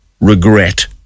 regret